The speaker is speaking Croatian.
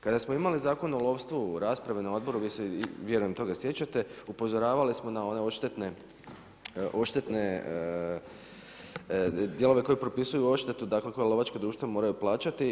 Kada smo imali Zakon o lovstvu rasprave na odboru vi se vjerujem toga sjećate, upozoravali smo na one odštetne dijelove koji propisuju odštetu, dakle koja lovačka društva moraju plaćati.